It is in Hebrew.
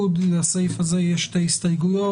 לסעיף הזה יש שתי הסתייגויות.